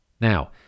now